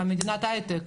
מדינת היי-טק,